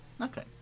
Okay